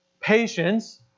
patience